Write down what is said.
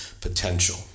potential